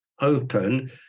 open